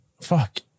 Fuck